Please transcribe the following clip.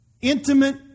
intimate